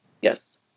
Yes